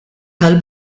tal